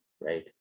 right